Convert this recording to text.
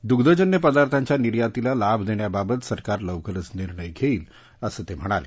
दग्धजन्य पदार्थांच्या निर्यातीला लाभ देण्याबाबत सरकार लवकरच निर्णय घेईल असं ते म्हणाले